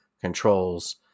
controls